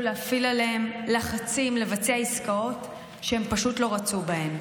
להפעיל עליהם לחצים לבצע עסקאות שהם פשוט לא רצו בהן.